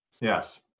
yes